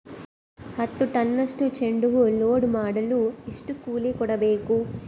ಹತ್ತು ಟನ್ನಷ್ಟು ಚೆಂಡುಹೂ ಲೋಡ್ ಮಾಡಲು ಎಷ್ಟು ಕೂಲಿ ಕೊಡಬೇಕು?